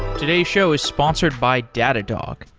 today's show is sponsored by datadog,